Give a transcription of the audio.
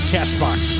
CastBox